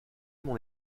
mon